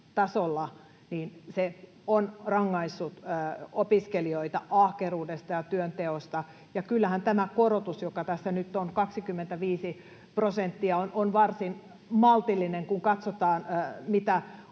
tasolla, on rangaissut opiskelijoita ahkeruudesta ja työnteosta. Ja kyllähän tämä korotus, joka tässä nyt on, 25 prosenttia, on varsin maltillinen, kun katsotaan, mitä